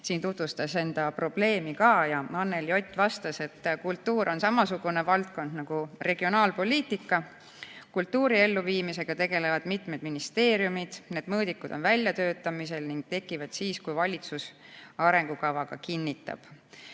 Odinets tutvustas enda probleemi siin ka. Anneli Ott vastas, et kultuur on samasugune valdkond nagu regionaalpoliitika. Kultuuri elluviimisega tegelevad mitmed ministeeriumid, need mõõdikud on väljatöötamisel ning tekivad siis, kui valitsus arengukava ka kinnitab.